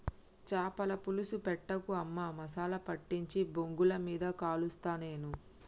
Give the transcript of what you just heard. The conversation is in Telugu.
చాపల పులుసు పెట్టకు అమ్మా మసాలా పట్టించి బొగ్గుల మీద కలుస్తా నేను